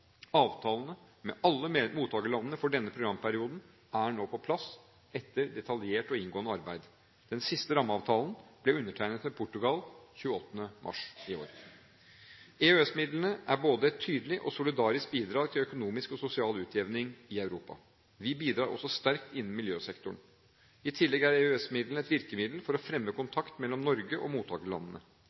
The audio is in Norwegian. Avtalene med alle mottakerlandene for denne programperioden er nå på plass, etter detaljert og inngående arbeid. Den siste rammeavtalen ble undertegnet med Portugal 28. mars i år. EØS-midlene er både et tydelig og solidarisk bidrag til økonomisk og sosial utjevning i Europa. Vi bidrar også sterkt innen miljøsektoren. I tillegg er EØS-midlene et virkemiddel for å fremme kontakt mellom Norge og mottakerlandene.